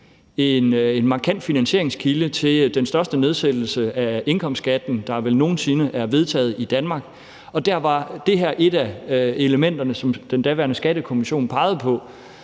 en markant finansieringskilde til den største nedsættelse af indkomstskatten, der vel nogen sinde er vedtaget i Danmark. Der var det her et af elementerne, som den daværende skattekommission pegede på,